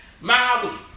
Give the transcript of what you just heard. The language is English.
Maui